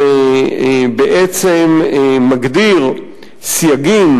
שבעצם מגדיר סייגים